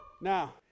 Now